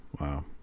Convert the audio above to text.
wow